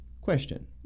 question